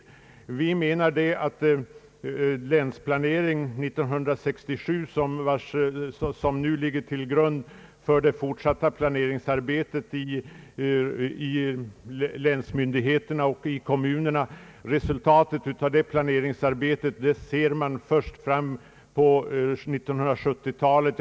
Resultaten av det fortsatta planeringsarbetet hos länsmyndigheterna och i kommunerna — det arbete som har Länsplanering 1967 till grundval — kommer att märkas först fram på 1970 talet.